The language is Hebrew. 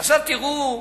עכשיו תראו,